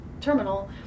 terminal